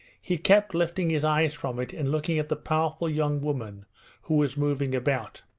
he kept lifting his eyes from it and looking at the powerful young woman who was moving about.